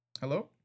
Hello